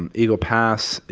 and eagle pass,